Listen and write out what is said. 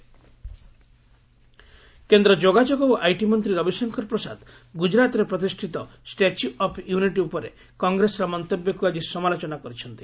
ରବିଶଙ୍କର କେନ୍ଦ୍ର ଯୋଗାଯୋଗ ଓ ଆଇଟି ମନ୍ତ୍ରୀ ରବିଶଙ୍କର ପ୍ରସାଦ ଗୁଜୁରାତ୍ରେ ପ୍ରତିଷ୍ଠିତ ଷ୍ଟାଚ୍ୟୁ ଅଫ୍ ୟୁନିଟ୍ ଉପରେ କଂଗ୍ରେସର ମନ୍ତବ୍ୟକୁ ଆଜି ସମାଲୋଚନା କରିଛନ୍ତି